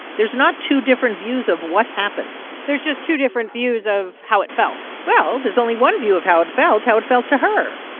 there's not two different views of what happened there's just two different views of how it felt well, there's only one view of how it felt. how it felt to her.